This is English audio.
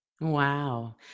Wow